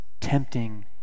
tempting